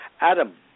Adam